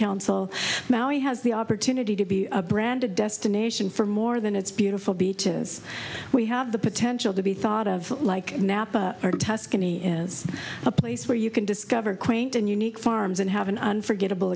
council now he has the opportunity to be a brand a destination for more than it's beautiful beaches we have the potential to be thought of like napa or tuscany is a place where you can discover quaint and unique farms and have an unforgettable